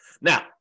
Now